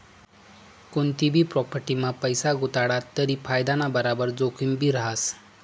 कोनतीभी प्राॅपटीमा पैसा गुताडात तरी फायदाना बराबर जोखिमभी रहास